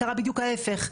קרה בדיוק ההיפך.